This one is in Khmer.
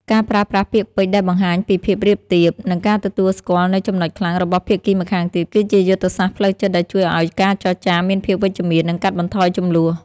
ការប្រើប្រាស់ពាក្យពេចន៍ដែលបង្ហាញពីភាពរាបទាប និងការទទួលស្គាល់នូវចំណុចខ្លាំងរបស់ភាគីម្ខាងទៀត គឺជាយុទ្ធសាស្ត្រផ្លូវចិត្តដែលជួយឱ្យការចរចាមានភាពវិជ្ជមាន និងកាត់បន្ថយជម្លោះ។